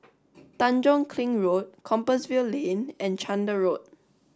Tanjong Kling Road Compassvale Lane and Chander Road